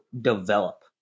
develop